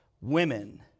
women